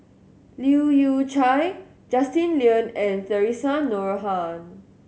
Leu Yew Chye Justin Lean and Theresa Noronha